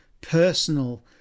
personal